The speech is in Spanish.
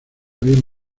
bien